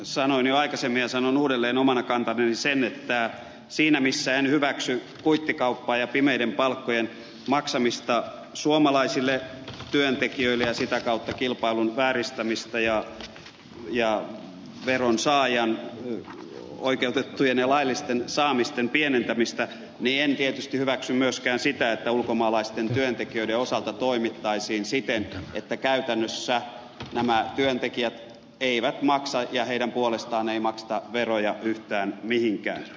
sanoin jo aikaisemmin ja sanon uudelleen omana kantanani sen että siinä missä en hyväksy kuittikauppaa ja pimeiden palkkojen maksamista suomalaisille työntekijöille ja sitä kautta kilpailun vääristämistä ja veron saajan oikeutettujen ja laillisten saamisten pienentämistä niin en tietysti hyväksy myöskään sitä että ulkomaalaisten työntekijöiden osalta toimittaisiin siten että käytännössä nämä työntekijät eivät maksa ja heidän puolestaan ei makseta veroja yhtään mihinkään